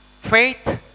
Faith